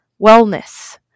wellness